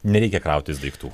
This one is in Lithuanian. nereikia krautis daiktų